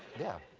yeah.